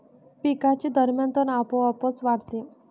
पिकांच्या दरम्यान तण आपोआप वाढते